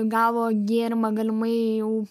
gavo gėrimą galimai jau